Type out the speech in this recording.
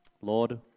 Lord